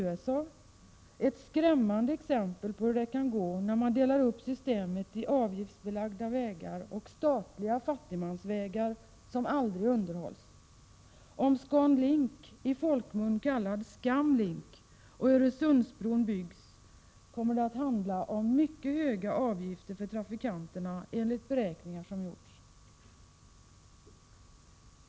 Den är ett skrämmande 19 maj 1988 exempel på hur det kan gå när man delar upp systemet i avgiftsbelagda vägar och statliga fattigmansvägar som aldrig underhålls. Om ScanLink, i folkmun kallad Skamlink, och Öresundsbron byggs kommer det att handla om mycket höga avgifter för trafikanterna enligt beräkningar som gjorts.